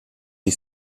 die